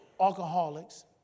alcoholics